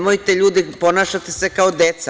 Ljudi, ponašate se kao deca.